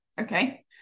Okay